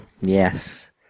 yes